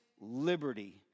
liberty